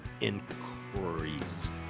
inquiries